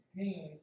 pain